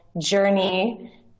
journey